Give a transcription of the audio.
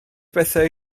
bethau